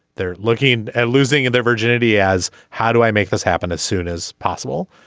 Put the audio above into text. they're looking at losing and their virginity as how do i make this happen as soon as possible.